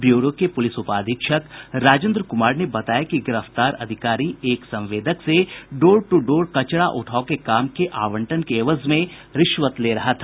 bureau के police उपाधीक्षक राजेन्द्र कुमार ने बताया कि गिरफ्तार अधिकारी एक संवेदक से डोर टू डोर कचड़ा उठाव के काम के आवंटन के एवज में रिश्वत ले रहा था